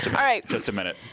alright. just a minute.